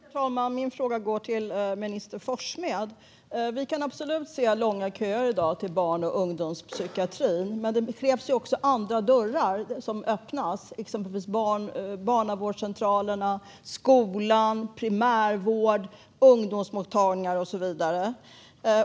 Herr talman! Min fråga går till minister Forssmed. Vi kan i dag se långa köer till barn och ungdomspsykiatrin, men det krävs också att andra dörrar öppnas, till exempel barnavårdscentraler, skola, primärvård, ungdomsmottagningar och så vidare.